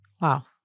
Wow